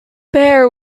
baer